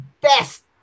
best